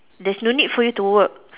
there's no need for you to work